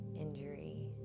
injury